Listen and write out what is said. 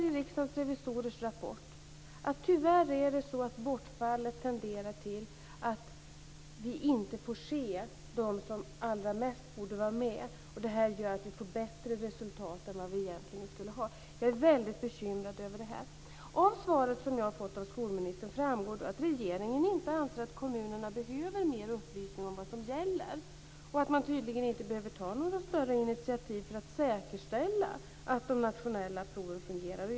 I Riksdagens revisorers rapport konstaterar man att bortfallet tyvärr medför att vi inte får se dem som allra mest borde vara med. Det gör att vi får bättre resultat än vad vi egentligen skulle ha. Jag är väldigt bekymrad över detta. Av svaret som jag har fått av skolministern framgår att regeringen inte anser att kommunerna behöver mer upplysning om vad som gäller och att man tydligen inte behöver ta några större initiativ för att säkerställa att de nationella proven fungerar.